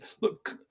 look